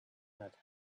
had